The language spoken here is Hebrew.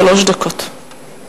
שלוש דקות.